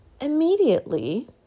immediately